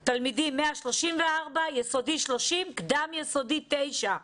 134 תלמידים, יסודי - 30, קדם-יסודי - 9.